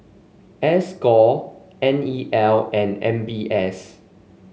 S core N E L and M B S